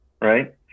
right